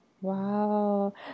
Wow